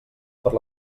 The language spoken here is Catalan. per